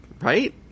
right